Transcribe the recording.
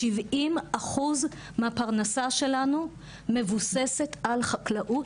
70% מהפרנסה שלנו מבוססת על חקלאות.